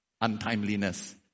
untimeliness